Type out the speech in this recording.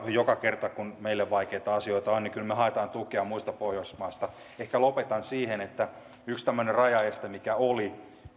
joka kerta kun on meille vaikeita asioita me kyllä haemme tukea muista pohjoismaista ehkä lopetan siihen että yksi tämmöinen rajaeste mikä oli